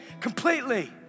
completely